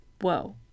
Whoa